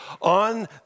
on